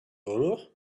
remords